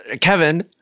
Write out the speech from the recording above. Kevin